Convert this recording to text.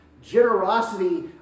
generosity